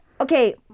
Okay